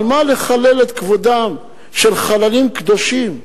על מה לחלל את כבודם של חללים קדושים?